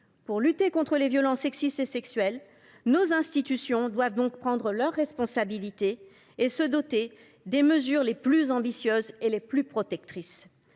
Pour lutter contre les violences sexistes et sexuelles, nos institutions doivent donc prendre leurs responsabilités et adopter les mesures les plus ambitieuses et les plus protectrices